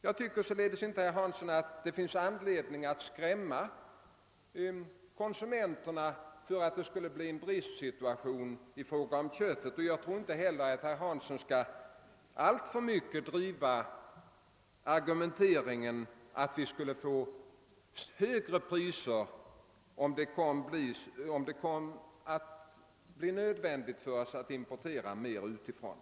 Jag tycker alltså inte, herr Hansson, att det finns någon anledning att skrämma konsumenterna med att det skulle kunna uppstå en bristsituation i fråga om kött. Jag tror inte heller att herr Hansson alltför mycket skall driva argumenteringen, att vi skulle få högre priser om det bleve nödvändigt för oss att importera mer utifrån.